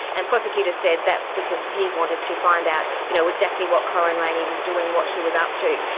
and prosecutors said that's because he wanted to find out, you know, exactly what corryn rayney was doing, what she was up to.